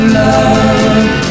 love